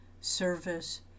service